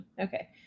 Okay